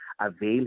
avail